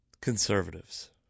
conservatives